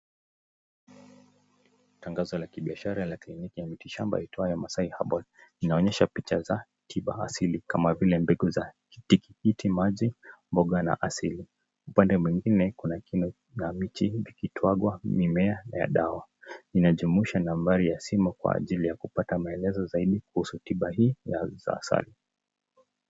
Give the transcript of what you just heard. Tangazo la kibiashara la kliniti ya miti shamba iitawayo Maasai Herbal inaonyesha picha za tiba asili kama vile mbegu za tikitiki maji, mboga na asili. Upande mwingine kuna kino na mche likitwagwa mimea na dawa. Inajumuisha nambari ya simu kwa ajili ya kupata maelezo zaidi kuhusu tiba hii ya asili.